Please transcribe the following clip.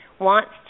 wants